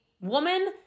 woman